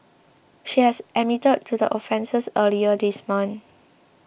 she had admitted to the offences earlier this month